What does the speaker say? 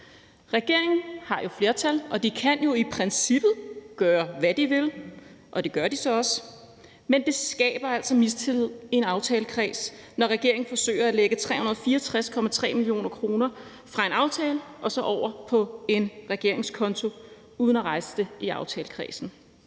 Regeringen har jo flertal, og de kan i princippet gøre, hvad de vil, og det gør de så også. Men det skaber altså mistillid i en aftalekreds, når regeringen forsøger at lægge 364,3 mio. kr. fra en aftale over på en regeringskonto uden at rejse det i aftalekredsen.